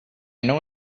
know